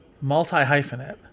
Multi-hyphenate